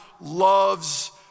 loves